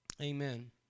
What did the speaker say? amen